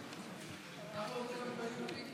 אולי האוצר רוצה לשמור אותם לעצמו.